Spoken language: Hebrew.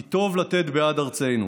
כי טוב לתת בעד ארצנו